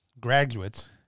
graduates